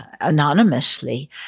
anonymously